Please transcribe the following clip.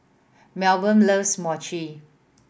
Milburn loves Mochi